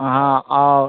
हाँ और